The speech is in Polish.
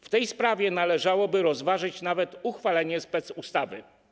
W tej sprawie należałoby rozważyć nawet uchwalenie specustawy.